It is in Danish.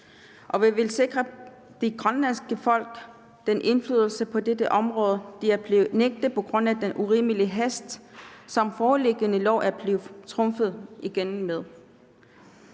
Vi vil sikre det grønlandske folk den indflydelse på dette område, de er blevet nægtet på grund af den urimelige hast, som den foreliggende lov er blevet trumfet igennem med.